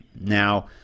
Now